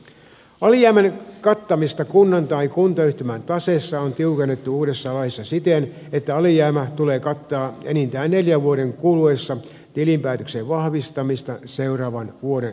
alijäämän kattamista kunnan tai kuntayhtymän taseessa on tiukennettu uudessa laissa siten että alijäämä tulee kattaa enintään neljän vuoden kuluessa tilinpäätöksen vahvistamista seuraavan vuoden alusta